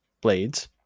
blades